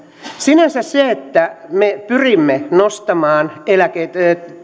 sinänsä se että me pyrimme nostamaan